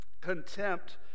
contempt